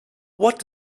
what